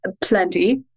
plenty